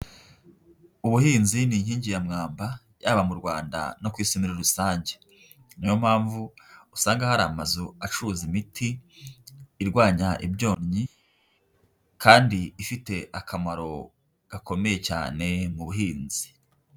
Ubuhinzi ni inkingi ya mwamba yaba mu Rwanda no ku isi muri rusange, niyo mpamvu usanga hari amazu acuruza imiti irwanya ibyonnyi kandi ifite akamaro gakomeye cyane mu buhinzi.